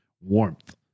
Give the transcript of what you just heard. warmth